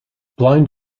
blind